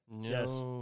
Yes